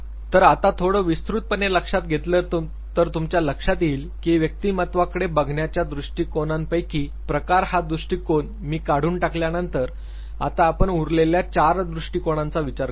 तर आता थोडं विस्तृतपणे लक्षात घेतलं तर तुमच्या लक्षात येईल की व्यक्तिमत्त्वाकडे बघण्याच्या दृष्टीकोना पैकी प्रकार हा दृष्टिकोन मी काढून टाकल्यानंतर आता आपण उरलेल्या चार दृष्टिकोनांचा विचार करू